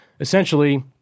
essentially